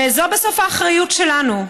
וזו בסוף האחריות שלנו.